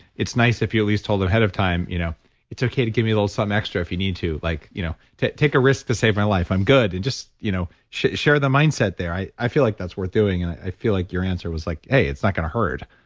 it's nice if you, at least, told them ahead of time, you know it's okay to give a little something extra if you need to like you know to take a risk to save my life. i'm good. and just you know share share the mindset there i i feel like that's worth doing, and i feel like your answer was like, hey, it's not going to hurt.